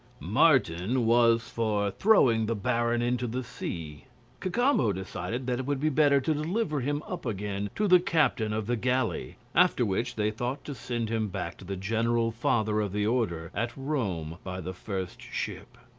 martin was for throwing the baron into the sea cacambo decided that it would be better to deliver him up again to the captain of the galley, after which they thought to send him back to the general father of the order at rome by the first ship.